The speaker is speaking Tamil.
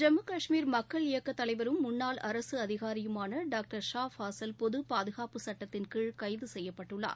ஜம்மு காஷ்மீர் மக்கள் இயக்க தலைவரும் முன்னாள் அரசு அதிகாரியுமான டாக்டர் ஷா பாஸல் பொது பாதுகாப்பு சுட்டத்தின் கீழ் கைது செய்யப்பட்டுள்ளார்